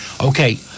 Okay